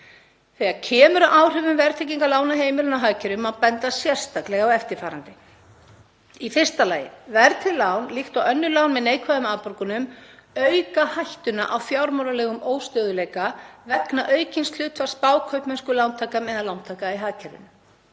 „Þegar kemur að áhrifum verðtryggingar lána heimilanna á hagkerfið má benda sérstaklega á eftirfarandi: Í fyrsta lagi: Verðtryggð lán, líkt og önnur lán með neikvæðum afborgunum, auka hættuna á fjármálalegum óstöðugleika vegna aukins hlutfalls spákaupmennsku lántaka meðal lántaka í hagkerfinu.